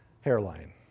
hairline